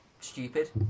stupid